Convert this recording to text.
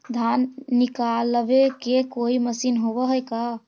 धान निकालबे के कोई मशीन होब है का?